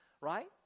right